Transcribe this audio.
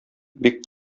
бик